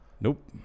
Nope